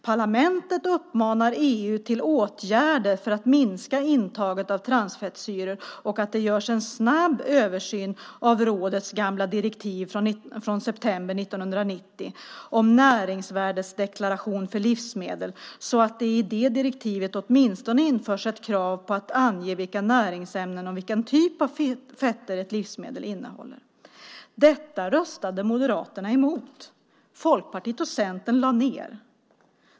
Parlamentet uppmanar EU till åtgärder för att minska intaget av transfettsyror och att det görs en snabb översyn av rådets gamla direktiv från september 1990 om näringsvärdesdeklaration för livsmedel, så att det i det direktivet införs ett krav på att man åtminstone ska ange vilka näringsämnen och vilken typ av fetter ett livsmedel innehåller. Detta röstade Moderaterna emot: Folkpartiet och Centern lade ned sina röster.